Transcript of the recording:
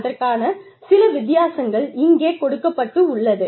அதற்கான சில வித்தியாசங்கள் இங்கே கொடுக்கப்பட்டுள்ளது